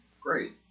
Great